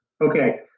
Okay